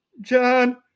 John